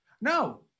no